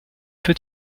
peu